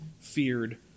feared